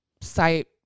site